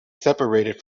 separated